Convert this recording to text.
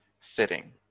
sitting